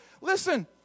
listen